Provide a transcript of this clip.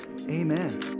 amen